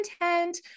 content